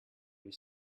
you